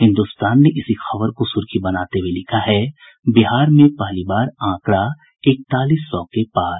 हिन्दुस्तान ने इसी खबर को सुर्खी बनाते हुये लिखा है बिहार में पहली बार आंकड़ा इकतालीस सौ के पार